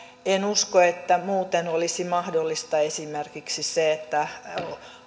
en usko että muuten olisi mahdollista esimerkiksi se että